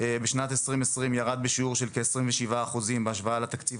ירד בשנת 2020 בשיעור של כ-27% בהשוואה לתקציב